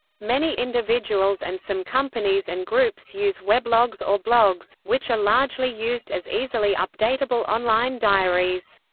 many individuals and some companies and groups use web logs or blogs, which are largely used as easily updatable online diaries.